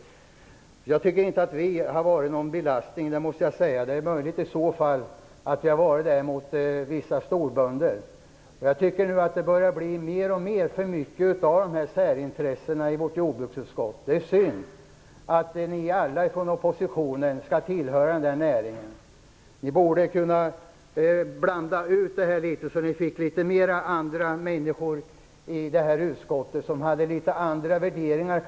Jag tycker inte att vi har varit någon belastning, inte annat än möjligen för vissa storbönder. Jag tycker att det nu börjar bli för mycket av särintressen i jordbruksutskottet. Det är synd att alla oppositionens ledamöter tillhör näringen. Ni borde kunna blanda ut era representanter i utskottet så att ni fick in andra människor, kanske med litet andra värderingar.